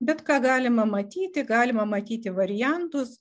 bet ką galima matyti galima matyti variantus